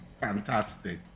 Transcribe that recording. Fantastic